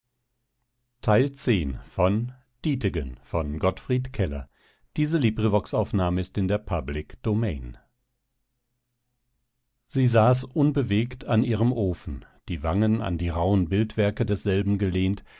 gottfried keller sie saß unbewegt an ihrem ofen die wangen an die rauhen bildwerke desselben gelehnt